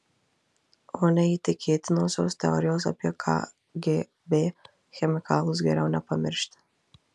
o neįtikėtinosios teorijos apie kgb chemikalus geriau nepamiršti